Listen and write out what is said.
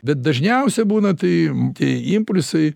bet dažniausia būna tai tie impulsai